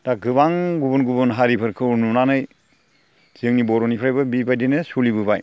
दा गोबां गुबुन गुबुन हारिफोरखौ नुनानै जोंनि बर'निफ्रायबो बेबायदिनो सोलिबोबाय